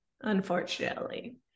unfortunately